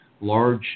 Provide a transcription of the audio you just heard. large